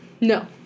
No